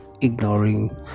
ignoring